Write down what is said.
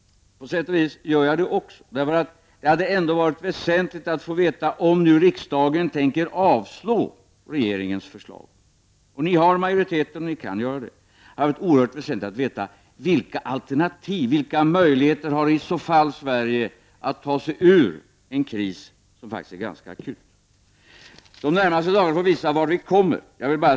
På sätt och vis gör jag det också. Det hade varit väsentligt att få veta om riksdagen tänker avslå regeringens förslag. Ni har majoritet, och ni kan göra detta. Det är oerhört väsentligt att få veta vilka alternativ som finns och vilka möjligheter som Sverige i så fall har att ta sig ur en kris som är ganska akut. De närmaste dagarna får visa var vi hamnar.